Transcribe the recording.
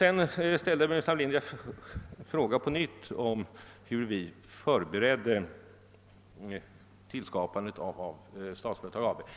Herr Burenstam Linder ställer på nytt frågan hur vi förberedde skapandet av Statsföretag AB.